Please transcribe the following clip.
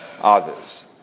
others